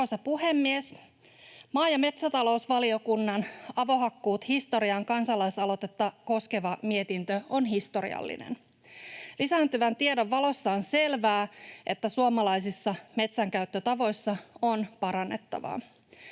Maa- ja metsätalousvaliokunnan Avohakkuut historiaan ‑kansalaisaloitetta koskeva mietintö on historiallinen. Lisääntyvän tiedon valossa on selvää, että suomalaisissa metsänkäyttötavoissa on parannettavaa.